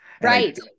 Right